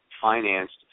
financed